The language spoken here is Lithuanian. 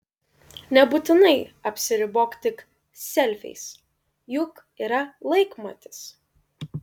nebūtinai apsiribok tik selfiais juk yra laikmatis